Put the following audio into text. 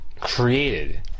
created